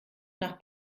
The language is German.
nach